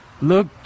look